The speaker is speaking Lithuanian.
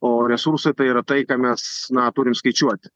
o resursai tai yra tai ką mes na turim skaičiuoti